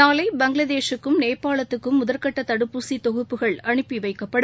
நாளை பங்ளாதேஷூக்கும் நேபாளத்துக்கும் முதல்கட்டதடுப்பூசிதொகுப்புகள் அனுப்பிவைக்கப்படும்